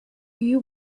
you